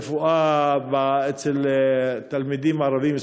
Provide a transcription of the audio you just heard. הרפואה אצל תלמידים ערבים,